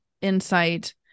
insight